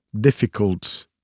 difficult